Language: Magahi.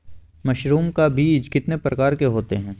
मशरूम का बीज कितने प्रकार के होते है?